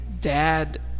dad